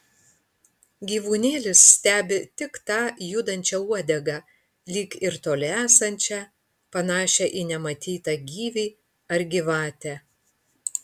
gyvūnėlis stebi tik tą judančią uodegą lyg ir toli esančią panašią į nematytą gyvį ar gyvatę